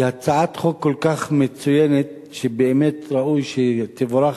זו הצעת חוק כל כך מצוינת שבאמת ראוי שתבורך